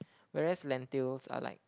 whereas lentils are like